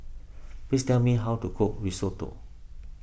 please tell me how to cook Risotto